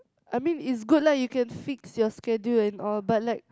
I mean is good lah you can fix your schedule and all but like